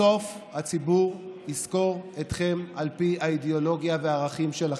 בסוף הציבור יזכור אתכם על פי האידיאולוגיה והערכים שלכם.